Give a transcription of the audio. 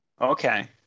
Okay